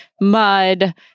mud